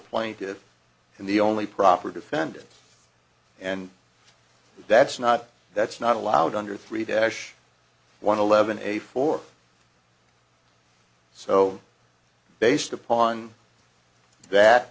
plaintiffs and the only proper defendant and that's not that's not allowed under three dash one eleven a four so based upon that